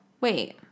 Wait